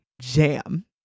jam